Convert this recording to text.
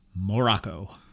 Morocco